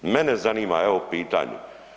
Mene zanima, evo pitanje.